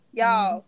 y'all